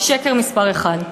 שקר מספר אחת.